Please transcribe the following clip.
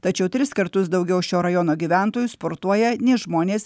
tačiau tris kartus daugiau šio rajono gyventojų sportuoja nei žmonės